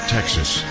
Texas